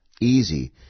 easy